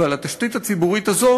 ועל התשתית הציבורית הזאת